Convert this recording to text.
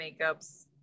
makeups